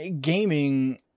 gaming